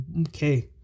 okay